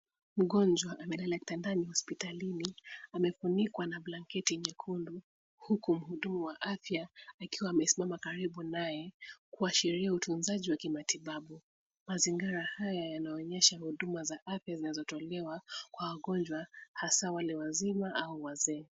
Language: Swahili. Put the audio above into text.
Mgonjwa amelala kitandani hospitalini, amefunikwa na blanket nyekundu, huku mhudumu wa afya, akiwa amesimama karibu naye, kuashiria utunzaji wa kimatibabu. Mazingira haya yanaonyesha huduma za afya zinazotolewa kwa wagonjwa, hasa wale wazima au wazee.